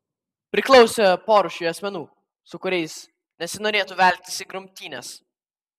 priklausė porūšiui asmenų su kuriais nesinorėtų veltis į grumtynes